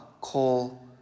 call